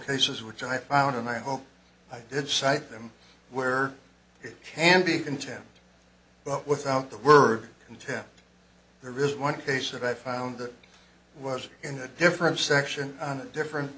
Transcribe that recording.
cases which i found and i hope i did cite them where it can be contempt but without the word contempt there is one case that i found that was in a different section on a different